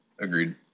Agreed